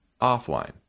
offline